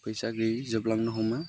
फैसा गैयै जोबलांनो हमो